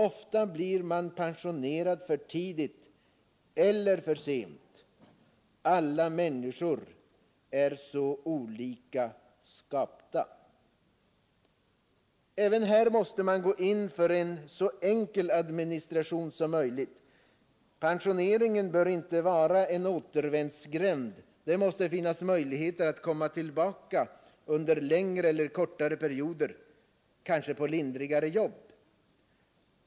Ofta blir man pensionerad för tidigt eller för sent — alla människor är olika skapta. Även här måste man gå in för en så enkel administration som möjligt. Pensioneringen bör inte vara en återvändsgränd, det måste finnas möjligheter att komma tillbaka under längre eller kortare perioder, kanske på lindrigare jobb.